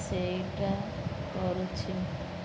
ସେଇଟା କରୁଛି